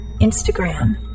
Instagram